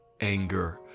anger